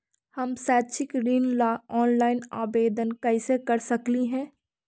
हम शैक्षिक ऋण ला ऑनलाइन आवेदन कैसे कर सकली हे?